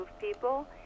people